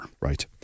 Right